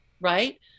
right